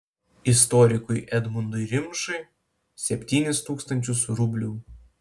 istorikui edmundui rimšai septynis tūkstančius rublių